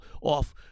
off